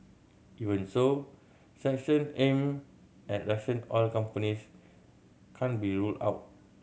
even so sanction aimed at Russian oil companies can't be ruled out